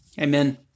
Amen